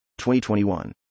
2021